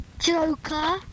joker